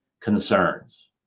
concerns